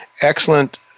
excellent